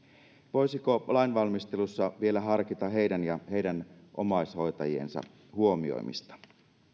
voisiko lainvalmistelussa vielä harkita heidän ja heidän omaishoitajiensa huomioimista